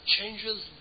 changes